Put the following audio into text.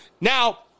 Now